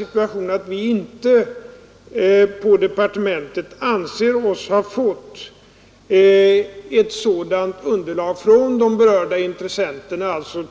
Men vi anser oss på departementet inte ha fått ett sådant underlag från de berörda intressenterna, alltså